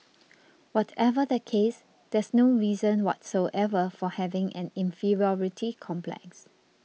whatever the case there's no reason whatsoever for having an inferiority complex